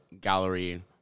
gallery